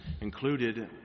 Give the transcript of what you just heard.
included